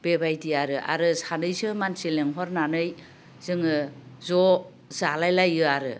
बेबायदि आरो आरो सानैसो मानसिफोर लिंहरनानै जोङो ज' जालायलायो आरो